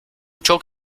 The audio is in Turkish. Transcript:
çok